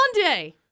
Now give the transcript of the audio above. Monday